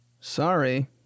sorry